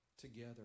together